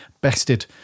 bested